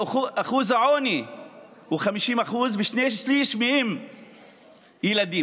ואחוז העוני הוא 50%, ושני שלישים מהם ילדים.